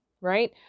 right